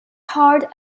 hard